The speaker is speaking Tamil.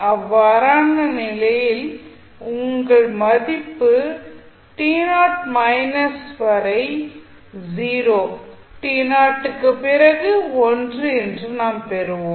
அவ்வாறான நிலையில் உங்கள் மதிப்பு வரை 0 க்கு பிறகு 1 என்று நாம் பெறுவோம்